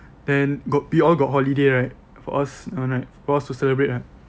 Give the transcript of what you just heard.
then got we all got holiday right for us for us to celebrate right